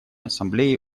ассамблеи